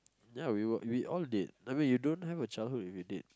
ya we were we all did I mean you don't have a childhood if you didn't